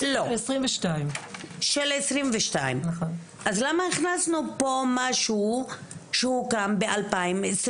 של 2022. אז למה הכנסנו פה משהו שהוקם ב-2021?